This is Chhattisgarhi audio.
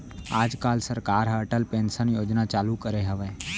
आज काल सरकार ह अटल पेंसन योजना चालू करे हवय